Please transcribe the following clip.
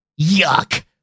Yuck